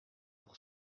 pour